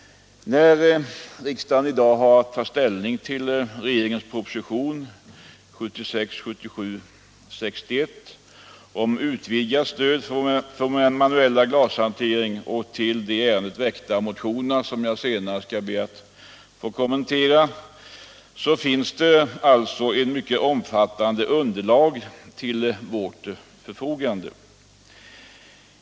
När riksdagen i dag har att ta ställning till propositionen 1976/77:61 om utvidgning av stödet till vår manuella glashantering samt till de i ärendet väckta motionerna, som jag senare skall be att få kommentera, finns det alltså ett mycket omfattande underlag till vårt förfogande.